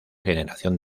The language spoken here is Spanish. generación